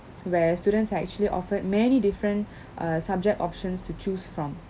where students are actually offered many different err subject options to choose from